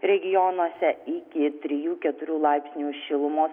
regionuose iki trijų keturių laipsnių šilumos